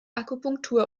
akupunktur